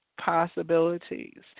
possibilities